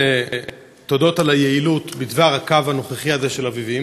תודות על היעילות בדבר הקו הנוכחי הזה באביבים,